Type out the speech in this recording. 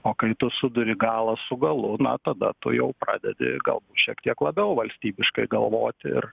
o kai tu suduri galą su galu na tada tu jau pradedi gal šiek tiek labiau valstybiškai galvoti ir